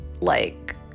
like-